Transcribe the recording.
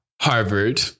Harvard